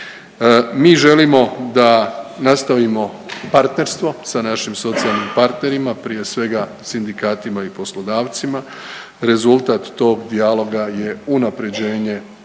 Mi želimo da nastavimo partnerstvo sa našim socijalnim partnerima, prije svega sindikatima i poslodavcima. Rezultat tog dijaloga je unapređenje